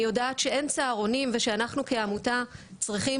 אני יודעת שאין צהרונים ושאנחנו כעמותה צריכים